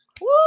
Woo